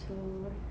so